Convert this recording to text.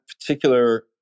particular